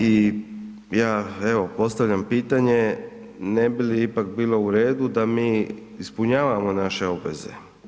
I ja evo postavljam pitanje, ne bi li ipak bilo uredu da mi ispunjavamo naše obveze?